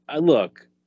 look